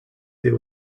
there